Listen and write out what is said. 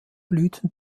blüten